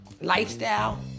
lifestyle